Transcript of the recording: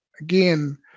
Again